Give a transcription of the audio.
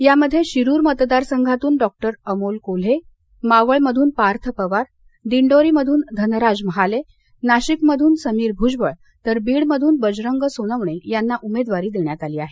यामध्ये शिरुर मतदारसंघातून डॉ अमोल कोल्हे मावळमधून पार्थ पवार दिंडोरीमधून धनराज महाले नाशिकमधून समीर भुजबळ तर बीडमधून बजरंग सोनवणे यांना उमेदवारी देण्यात आली आहे